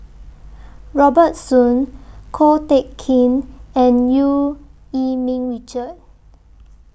Robert Soon Ko Teck Kin and EU Yee Ming Richard